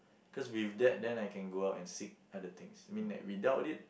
cause with that then I can go out and seek other things I mean without it